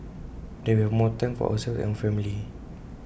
then we have more time for ourselves and our family